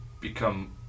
become